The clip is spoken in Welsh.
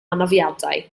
anafiadau